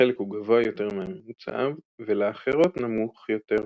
כשלחלק הוא גבוה יותר מהממוצע ולאחרות נמוך יותר,